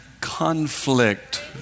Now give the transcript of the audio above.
conflict